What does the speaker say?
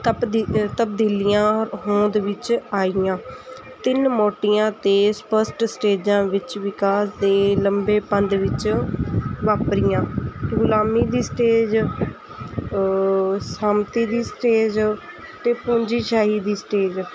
ਤਪਦੀ ਤਬਦੀਲੀਆਂ ਹੋਂਦ ਵਿੱਚ ਆਈਆਂ ਤਿੰਨ ਮੋਟੀਆਂ ਅਤੇ ਸਪਸ਼ਟ ਸਟੇਜਾਂ ਵਿੱਚ ਵਿਕਾਸ ਦੇ ਲੰਬੇਪੰਦ ਵਿੱਚ ਵਾਪਰੀਆਂ ਗੁਲਾਮੀ ਦੀ ਸਟੇਜ ਸਮਤੀ ਦੀ ਸਟੇਜ 'ਤੇ ਪੂੰਜੀਸ਼ਾਹੀ ਦੀ ਸਟੇਜ